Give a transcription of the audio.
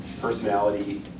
personality